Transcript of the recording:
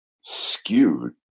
skewed